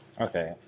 okay